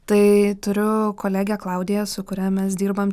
tai turiu kolegę klaudiją su kuria mes dirbam